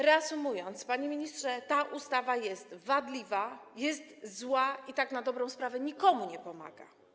Reasumując, panie ministrze, ta ustawa jest wadliwa, zła i na dobrą sprawę nikomu nie pomaga.